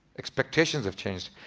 expectations have changed.